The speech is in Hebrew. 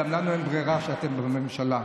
גם לנו אין ברירה שאתם בממשלה.